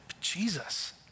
Jesus